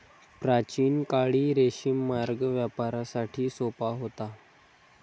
प्राचीन काळी रेशीम मार्ग व्यापारासाठी सोपा होता